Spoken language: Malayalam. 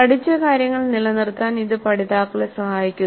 പഠിച്ച കാര്യങ്ങൾ നിലനിർത്താൻ ഇത് പഠിതാക്കളെ സഹായിക്കുന്നു